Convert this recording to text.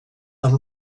amb